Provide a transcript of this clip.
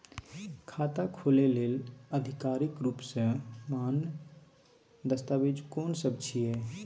खाता खोले लेल आधिकारिक रूप स मान्य दस्तावेज कोन सब छिए?